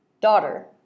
Daughter